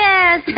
Yes